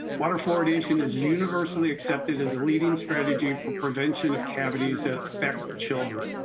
water fluoridation is universally accepted as a leading strategy for prevention of cavities that affect children.